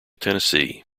tennessee